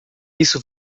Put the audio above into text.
isso